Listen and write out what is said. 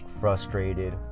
frustrated